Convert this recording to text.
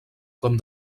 com